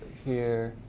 here